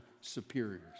superiors